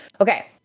okay